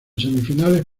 semifinales